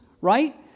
right